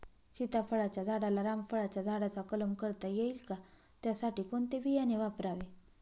सीताफळाच्या झाडाला रामफळाच्या झाडाचा कलम करता येईल का, त्यासाठी कोणते बियाणे वापरावे?